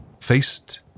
faced